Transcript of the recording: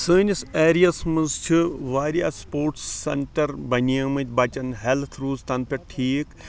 سٲنِس ایریا ہَس مَنٛز چھِ واریاہ سپوٹس سیٚنٹَر بَنیمٕتۍ بَچَن ہیٚلتھ روٗز تَنہٕ پٮ۪ٹھ ٹھیک